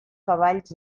cavalls